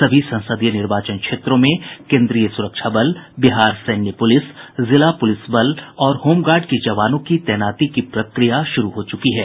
सभी संसदीय निर्वाचन क्षेत्रों में केंद्रीय सुरक्षा बल बिहार सैन्य पुलिस जिला पुलिस बल और होमगार्ड के जवानों की तैनाती की प्रक्रिया शुरू हो चुकी है